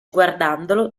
guardandolo